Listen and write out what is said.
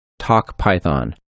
TALKPYTHON